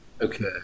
Okay